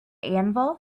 anvil